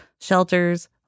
shelters